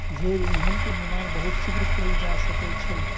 जैव ईंधन के निर्माण बहुत शीघ्र कएल जा सकै छै